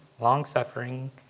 long-suffering